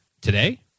Today